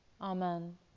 Amen